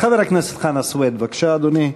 חבר הכנסת חנא סוייד, בבקשה, אדוני.